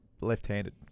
left-handed